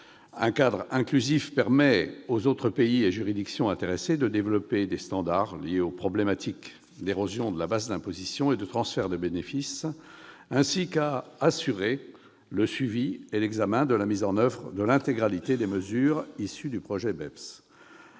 Un cadre inclusif permet aux autres pays et juridictions intéressés de développer des standards liés aux problématiques d'érosion de la base d'imposition et de transfert de bénéfices, et assure le suivi et l'examen de la mise en oeuvre de l'intégralité des mesures issues du projet BEPS.